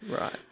Right